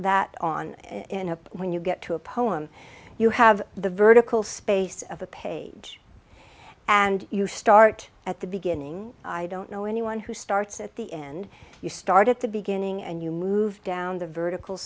that on in a when you get to a poem you have the vertical space of the page and you start at the beginning i don't know anyone who starts at the end you start at the beginning and you move down the vertical